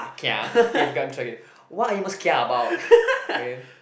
kia okay come try again what are you most kia about okay